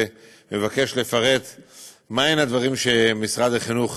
ומבקש לפרט מהם הדברים שעשו במשרד החינוך